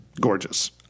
gorgeous